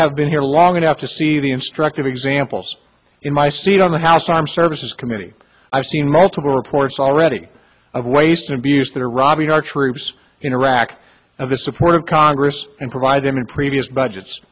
have been here long enough to see the instructive examples in my seat on the house armed services committee i've seen multiple reports already of waste and abuse that are robbing our troops in iraq of the support of congress and provide them in previous budgets